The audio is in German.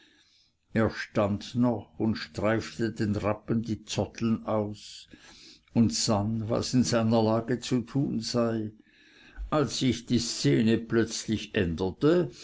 er stand noch und streifte den rappen die zoddeln aus und sann was in seiner lage zu tun sei als sich die szene plötzlich änderte